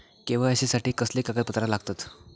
KYC साठी कसली कागदपत्र लागतत?